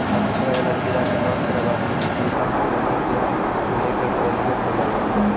हानि करै वाला कीड़ा के नाश करै वास्तॅ कुछ हल्का कीटनाशक या विनेगर के उपयोग करलो जाय छै